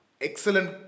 excellent